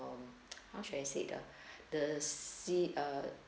how should I said ah the c~ uh